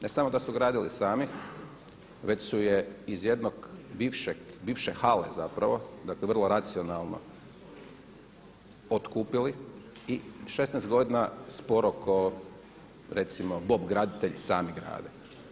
Ne samo da su gradili sami već su je iz jednog bivšeg, bivše hale zapravo dakle vrlo racionalno otkupili i 16 godina sporo ko recimo Bob graditelj sami grade.